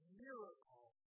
miracle